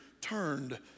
turned